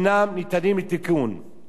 כשילד נפגע,